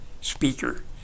speaker